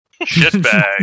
Shitbag